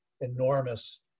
enormous